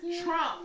Trump